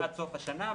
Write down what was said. -- עד סוף השנה,